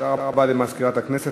תודה רבה למזכירת הכנסת.